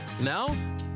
Now